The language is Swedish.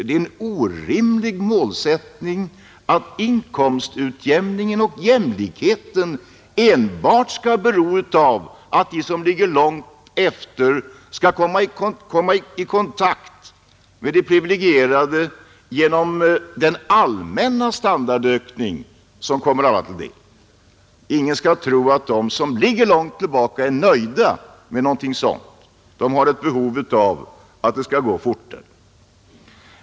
Det är en orimlig målsättning att inkomstutjämningen och jämlikheten enbart skall vara beroende av att de som ligger långt efter skall komma i kontakt med de privilegierade genom den allmänna standardökning som kommer alla till del. Ingen skall tro att de som ligger långt tillbaka är nöjda med någonting sådant, De har ett behov av att det skall gå fortare.